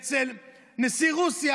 אצל נשיא רוסיה,